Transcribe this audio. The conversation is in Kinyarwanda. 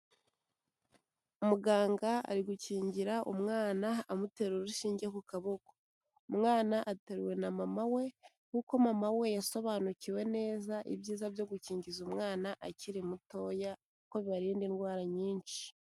Muganga ari gukingira umwana amutera urushinge ku kaboko, umwana ateruwe na mama kuko mama we yasobanukiwe neza ibyiza byo gukingiza umwana akiri mutoya, ko bibarinda indwara nyinshi.